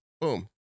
Boom